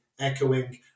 echoing